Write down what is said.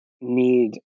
need